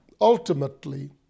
ultimately